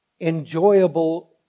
enjoyable